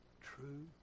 true